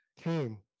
came